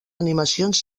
animacions